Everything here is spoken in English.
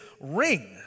ring